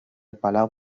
palau